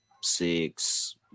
six